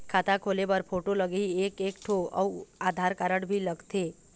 खाता खोले बर फोटो लगही एक एक ठो अउ आधार कारड भी लगथे?